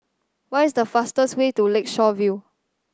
what is the fastest way to Lakeshore View